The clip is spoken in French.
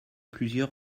plusieurs